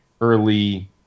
early –